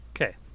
Okay